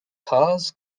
cars